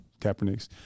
Kaepernicks